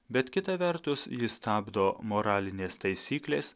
bet kita vertus jį stabdo moralinės taisyklės